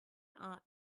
art